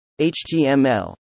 HTML